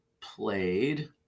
played